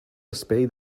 spade